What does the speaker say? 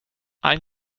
ein